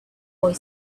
boy